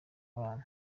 abana